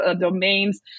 domains